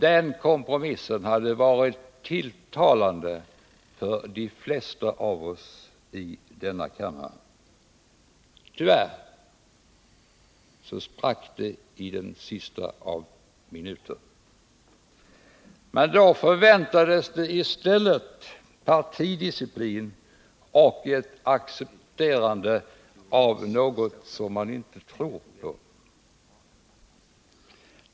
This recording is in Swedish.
Den kompromissen hade varit tilltalande för de flesta av oss i denna kammare. Tyvärr sprack det i den sista av minuter. Men då förväntades i stället partidisciplin och ett accepterande av något man inte tror på.